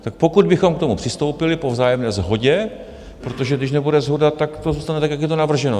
Tak pokud bychom k tomu přistoupili po vzájemné shodě, protože když nebude shoda, tak to zůstane tak, jak je to navrženo.